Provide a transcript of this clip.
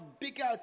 bigger